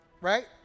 right